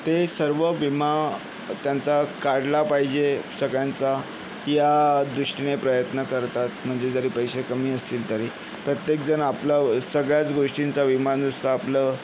ते सर्व विमा त्यांचा काढला पाहिजे सगळ्यांचा या दृष्टीने प्रयत्न करतात म्हणजे जरी पैसे कमी असतील तरी प्रत्येकजण आपला सगळ्याच गोष्टींचा विमा नुसतं आपलं